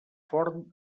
forn